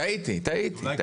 טעיתי, טעיתי.